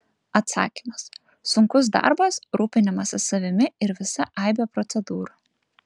atsakymas sunkus darbas rūpinimasis savimi ir visa aibė procedūrų